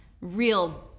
real